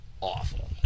Awful